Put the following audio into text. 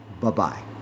bye-bye